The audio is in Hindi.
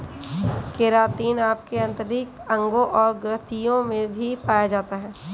केरातिन आपके आंतरिक अंगों और ग्रंथियों में भी पाया जा सकता है